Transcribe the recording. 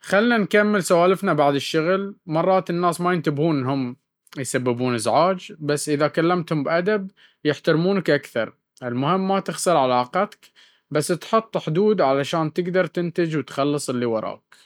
خلنا نكمل سوالفنا بعد الشغل." مرات الناس ما ينتبهون إنهم يسببون إزعاج، بس إذا كلمتهم بأدب، يحترمونك أكثر. المهم ما تخسر علاقتك، بس تحط حدود عشان تقدر تنتج وتخلص اللي وراك.